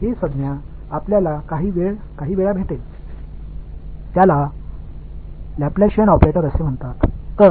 இந்த வெளிப்பாட்டை நாம் சில முறை சந்திப்போம் இது லாப்லாசியன் ஆபரேட்டர் என்று அழைக்கப்படுகிறது